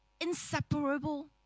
inseparable